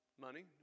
money